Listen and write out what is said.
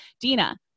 Dina